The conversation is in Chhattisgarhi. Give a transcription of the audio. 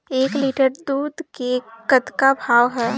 एक लिटर दूध के कतका भाव हे?